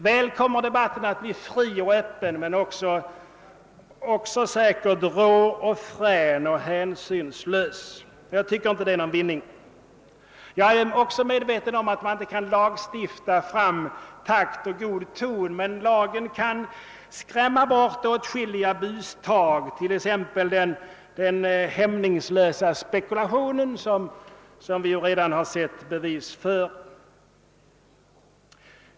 Väl kommer debatten att bli öppen och fri men säkert också rå och frän. Jag tycker inte det är någon vinning. Jag är också medveten om att man inte kan lagstifta fram takt och god ton, men lagen kan skrämma bort åtskilliga bustag, t.ex. den hämningslösa spekulation som vi ju redan har sett bevis på.